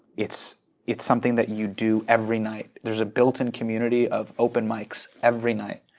it's it's something that you do every night, there's a built-in community of open mics every night.